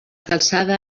calçada